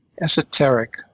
esoteric